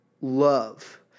love